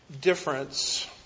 difference